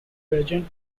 virginian